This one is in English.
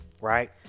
right